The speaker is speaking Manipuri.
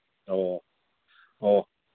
ꯑꯣ ꯑꯣ